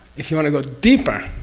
if you want to go deeper